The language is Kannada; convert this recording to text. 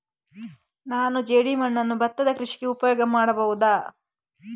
ನಾನು ಜೇಡಿಮಣ್ಣನ್ನು ಭತ್ತದ ಕೃಷಿಗೆ ಉಪಯೋಗ ಮಾಡಬಹುದಾ?